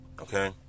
Okay